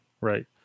right